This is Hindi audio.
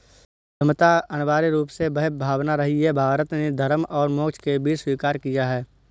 उद्यमिता अनिवार्य रूप से वह भावना रही है, भारत ने धर्म और मोक्ष के बीच स्वीकार किया है